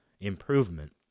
improvement